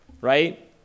right